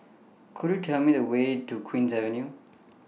Could YOU Tell Me The Way to Queen's Avenue